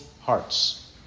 hearts